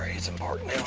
it's important. a